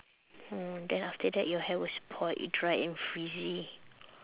mm then after that your hair will spoil dry and frizzy